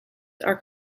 are